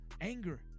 anger